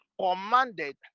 commanded